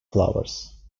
flowers